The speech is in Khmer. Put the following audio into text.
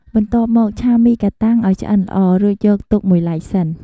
បន្ទាប់មក ឆាមីកាតាំងឱ្យឆ្អិនល្អ រួចយកទុកមួយឡែកសិន។